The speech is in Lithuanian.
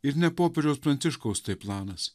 ir ne popiežiaus pranciškaus tai planas